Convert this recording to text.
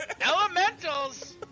elementals